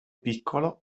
piccolo